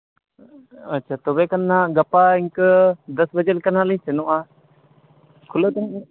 ᱟᱪᱪᱷᱟ ᱛᱚᱵᱮ ᱠᱷᱟᱱ ᱢᱟ ᱜᱟᱯᱟ ᱤᱱᱠᱟᱹ ᱫᱚᱥ ᱵᱟᱡᱮ ᱞᱮᱠᱟ ᱦᱟᱸᱜ ᱞᱤᱧ ᱥᱮᱱᱚᱜᱼᱟ ᱠᱷᱩᱞᱟᱹᱜ ᱠᱟᱱᱟ